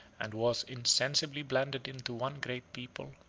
and was insensibly blended into one great people,